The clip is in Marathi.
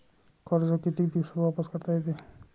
कर्ज कितीक दिवसात वापस करता येते?